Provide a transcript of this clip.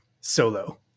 solo